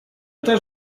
też